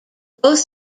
both